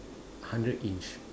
hundred inch